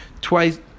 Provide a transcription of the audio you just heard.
twice